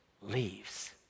leaves